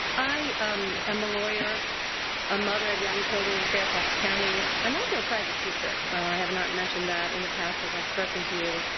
i um am a lawyer a mother of young children in fairfax county. i'm also a private teacher. and i have not mentioned that in the past as i have spoken to you.